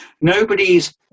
nobody's